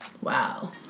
Wow